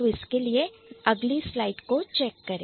तो इसके लिए next slide check करें